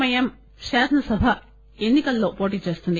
I'm శాసన సభ ఎన్ని కల్లో పోటీ చేస్తుంది